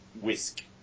whisk